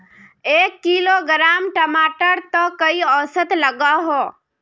एक किलोग्राम टमाटर त कई औसत लागोहो?